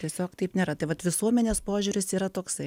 tiesiog taip nėra tai vat visuomenės požiūris yra toksai